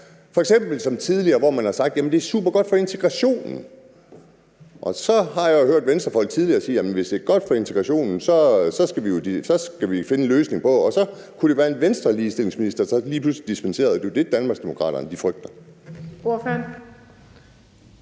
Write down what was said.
f.eks. som tidligere, hvor man har sagt, at det er supergodt for integrationen. Og så har jeg jo tidligere hørt Venstrefolk sige, at hvis det er godt for integrationen, skal vi finde en løsning på det, og så kunne det være en Venstreligestillingsminister, der lige pludselig dispenserede, og det er jo det, Danmarksdemokraterne frygter.